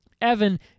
Evan